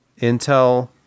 Intel